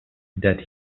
that